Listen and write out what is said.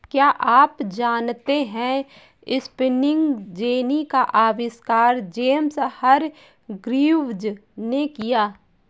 क्या आप जानते है स्पिनिंग जेनी का आविष्कार जेम्स हरग्रीव्ज ने किया?